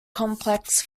complex